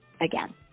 again